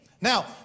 Now